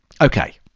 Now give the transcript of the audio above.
okay